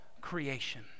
creation